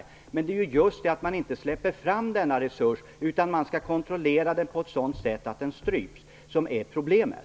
Men det är just det att man inte släpper fram denna resurs utan vill kontrollera den på ett sådant sätt att det stryps som är problemet.